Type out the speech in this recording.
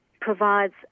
provides